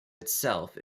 itself